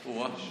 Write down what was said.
יש